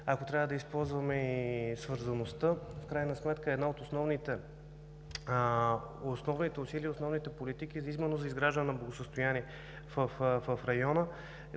Ако трябва да използваме и свързаността, в крайна сметка едни от основните усилия, основните политики за изграждането на благосъстояние в района